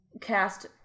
cast